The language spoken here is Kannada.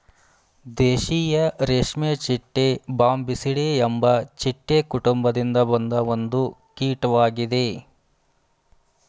ದೇಶೀಯ ರೇಷ್ಮೆಚಿಟ್ಟೆ ಬಾಂಬಿಸಿಡೆ ಎಂಬ ಚಿಟ್ಟೆ ಕುಟುಂಬದಿಂದ ಬಂದ ಒಂದು ಕೀಟ್ವಾಗಿದೆ